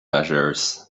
measures